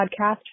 podcast